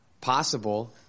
possible